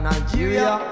Nigeria